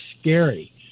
scary